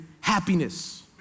happiness